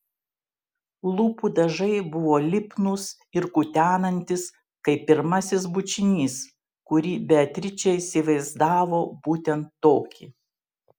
lūpų dažai buvo lipnūs ir kutenantys kaip pirmasis bučinys kurį beatričė įsivaizdavo būtent tokį